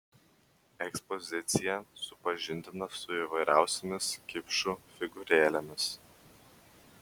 ekspozicija supažindina su įvairiausiomis kipšų figūrėlėmis